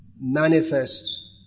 manifest